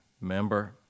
member